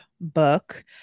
book